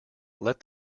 let